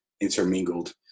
intermingled